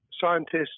scientists